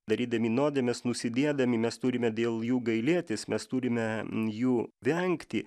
darydami nuodėmes nusidėdami mes turime dėl jų gailėtis mes turime jų vengti